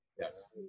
Yes